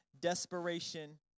desperation